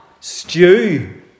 stew